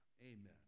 Amen